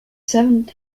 seven